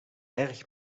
erg